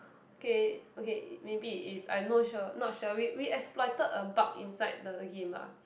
okay okay maybe it is I'm not sure not sure we we exploited a bug inside the game ah